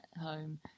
home